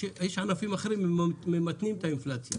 יש ענפים אחרים שממתנים את האינפלציה.